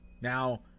Now